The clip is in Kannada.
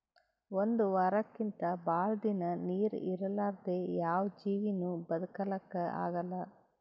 ಒಂದ್ ವಾರಕ್ಕಿಂತ್ ಭಾಳ್ ದಿನಾ ನೀರ್ ಇರಲಾರ್ದೆ ಯಾವ್ ಜೀವಿನೂ ಬದಕಲಕ್ಕ್ ಆಗಲ್ಲಾ